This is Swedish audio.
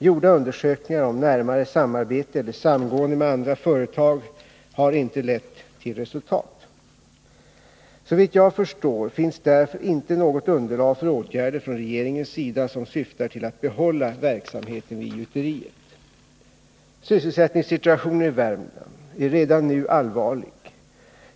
Gjorda undersökningar om närmare samarbete eller samgående med andra företag har inte lett till resultat. Såvitt jag förstår finns det därför inte något underlag för åtgärder från regeringens sida som syftar till att behålla verksamheten vid gjuteriet. Sysselsättningssituationen i Värmland är redan nu allvarlig.